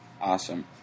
Awesome